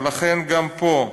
לכן גם פה,